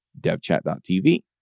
devchat.tv